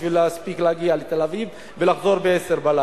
בשביל להספיק להגיע לתל-אביב ולחזור ב-22:00.